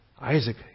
Isaac